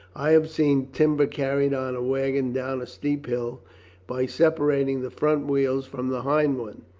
i have seen timber carried on a wagon down a steep hill by separating the front wheels from the hind ones,